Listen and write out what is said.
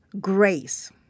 grace